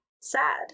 sad